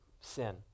sin